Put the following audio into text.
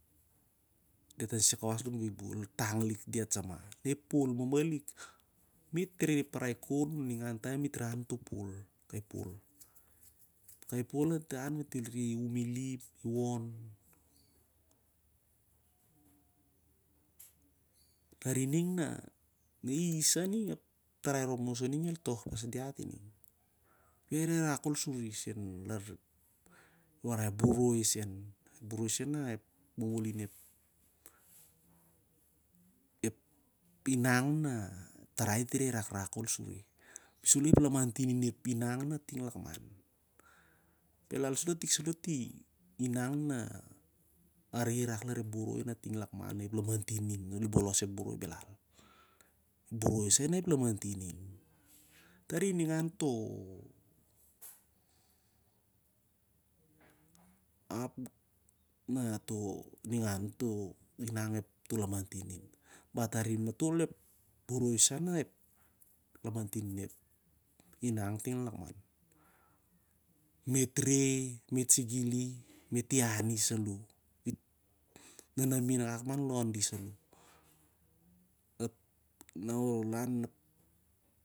Diat nisai kawas len buibui, na ep phol malik, ol tank ilk diat sah mah. Me't reh parai khon, ningan taem me't reh inan on kai phol. Kai phol na diat inan de't el hum ilim, ivon, tasi ning na isisah ining ep tarai rop basa ining el toh pas diat rehreh rak khel suri, ep boroi sen ep inang na ep tarai rop dit rehreh rakrak kho'l suri, api saloh na ep lamantin in- ep inang na i bolos ep boroi, belal. Boroi sen na ep lamantin in. Tari ningan to ap na toh inang toh lamantin in- mah arim matol ep inang boroi sah na ep lamantin in. Me't reh, me't sigili, me't iani saloh ap i- nanamin rop mah an londi saloh